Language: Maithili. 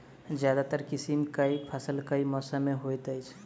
ज्यादातर किसिम केँ फसल केँ मौसम मे होइत अछि?